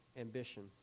ambition